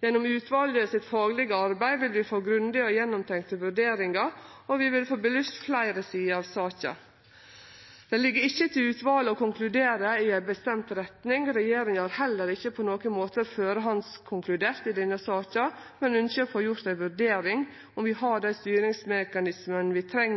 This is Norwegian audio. Gjennom utvalet sitt faglege arbeid vil vi få grundige og gjennomtenkte vurderingar, og vi vil få belyst fleire sider av saka. Det ligg ikkje til utvalet å konkludere i ei bestemt retning. Regjeringa har heller ikkje på nokon måte førehandskonkludert i denne saka, men ønskjer å få gjort ei vurdering av om vi har dei styringsmekanismane vi treng